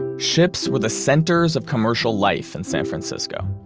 ships were the centers of commercial life in san francisco.